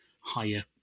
higher